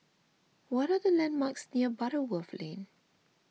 what are the landmarks near Butterworth Lane